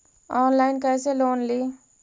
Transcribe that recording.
Online कैसे loan ली?